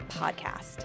podcast